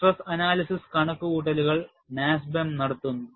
stress analysis കണക്കുകൂട്ടലുകൾ NASBEM നടത്തുന്നു